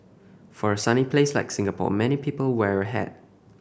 for a sunny place like Singapore many people wear a hat